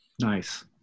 Nice